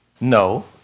No